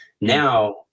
Now